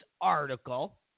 article